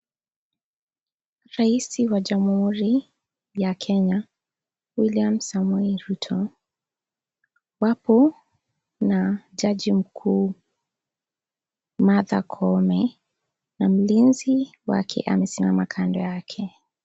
Rais wa Jamhuri ya Kenya William Samoe Ruto, wapo na jaji mkuu Martha Koome na mlinzi wake amesimama kando yake.